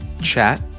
chat